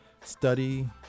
study